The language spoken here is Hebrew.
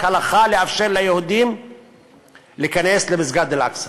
הלכה לאפשר ליהודים להיכנס למסגד אל-אקצא.